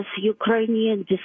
Ukrainian